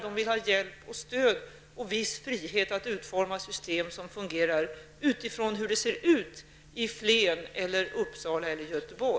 De vill ha hjälp och stöd, men även viss frihet att utforma system som fungerar utifrån hur det ser ut i Flen, Uppsala eller